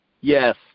Yes